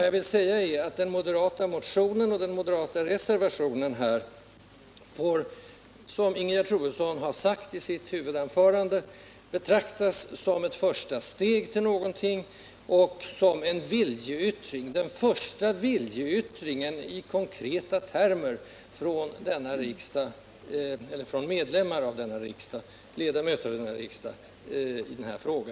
Jag vill dock framhålla att den moderata motionen och den moderata reservationen, som Ingegerd Troedsson sagt i sitt huvudanförande, får betraktas som ett första steg och som den första viljeyttringen i konkreta termer från ledamöter av riksdagen i denna fråga.